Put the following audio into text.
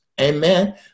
Amen